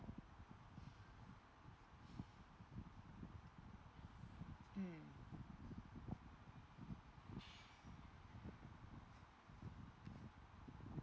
mm